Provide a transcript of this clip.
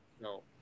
No